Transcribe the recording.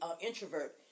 introvert